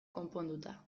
konponduta